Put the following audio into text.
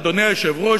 אדוני היושב-ראש,